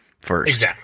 first